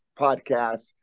podcast